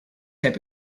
heb